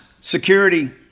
Security